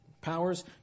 powers